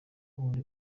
wundi